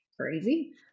crazy